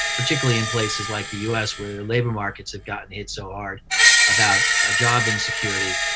particularly in places like the u s. where labor markets have gotten hit so hard about job insecurity,